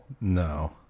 No